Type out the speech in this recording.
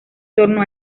torno